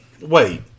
wait